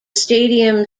stadium